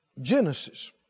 Genesis